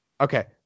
Okay